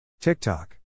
TikTok